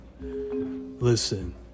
Listen